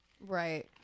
Right